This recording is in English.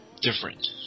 Different